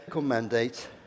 mandate